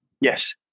Yes